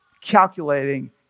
calculating